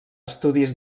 estudis